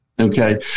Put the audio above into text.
Okay